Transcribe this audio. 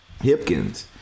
Hipkins